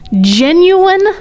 genuine